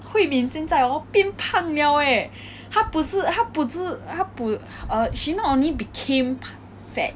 hui min 现在 hor 变胖了 leh 他不是他不是他不 err she not only became fat